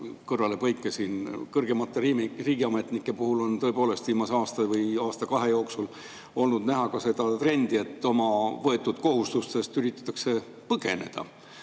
kõrvalepõike. Kõrgemate riigiametnike puhul on viimase aasta või aasta-kahe jooksul olnud näha ka seda trendi, et oma võetud kohustuste eest üritatakse põgeneda,